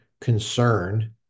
concern